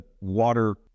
water